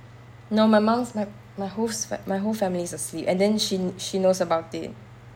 no my mum is my whole my whole family is asleep and then she she knows about it